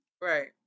Right